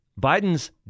Biden's